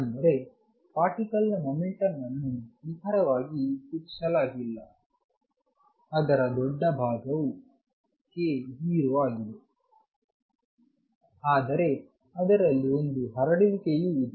ಅಂದರೆ ಪಾರ್ಟಿಕಲ್ ನ ಮೊಮೆಂಟಂ ಅನ್ನು ನಿಖರವಾಗಿ ಸೂಚಿಸಲಾಗಿಲ್ಲ ಅದರ ದೊಡ್ಡ ಭಾಗವು k 0 ಆಗಿದೆ ಆದರೆ ಅದರಲ್ಲಿ ಒಂದು ಹರಡುವಿಕೆಯೂ ಇದೆ